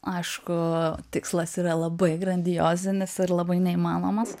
aišku tikslas yra labai grandiozinis ir labai neįmanomas